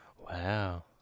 Wow